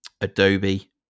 Adobe